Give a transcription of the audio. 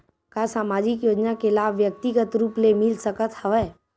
का सामाजिक योजना के लाभ व्यक्तिगत रूप ले मिल सकत हवय?